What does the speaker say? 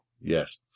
Yes